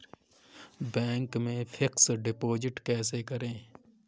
Bank में fix deposit कैसे करें?